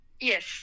yes